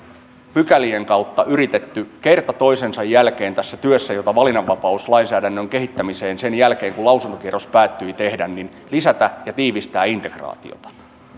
pykälien kautta yritetty kerta toisensa jälkeen tehdä tässä työssä valinnanvapauslainsäädännön kehittämiseksi sen jälkeen kun lausuntokierros päättyi niin lisätä ja tiivistää integraatiota